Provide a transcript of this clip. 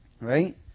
Right